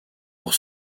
pour